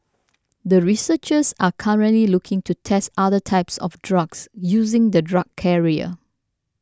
the researchers are currently looking to test other types of drugs using the drug carrier